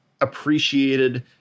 appreciated